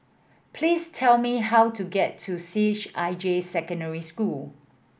please tell me how to get to C H I J Secondary